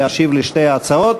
להשיב על שתי ההצעות.